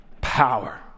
power